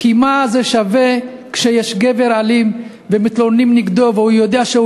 כי מה זה שווה כשיש גבר אלים ומתלוננים נגדו אבל הוא יודע שהוא